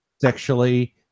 sexually